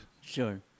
Sure